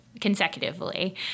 consecutively